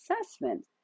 assessment